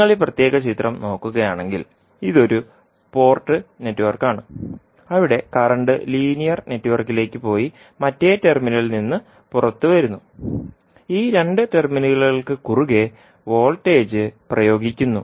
നിങ്ങൾ ഈ പ്രത്യേക ചിത്രം നോക്കുകയാണെങ്കിൽ ഇത് ഒരു പോർട്ട് നെറ്റ്വർക്കാണ് അവിടെ കറന്റ് ലീനിയർ നെറ്റ്വർക്കിലേക്ക് പോയി മറ്റേ ടെർമിനലിൽ നിന്ന് പുറത്തുവരുന്നു ഈ രണ്ട് ടെർമിനലുകൾക്ക് കുറുകെ വോൾട്ടേജ് പ്രയോഗിക്കുന്നു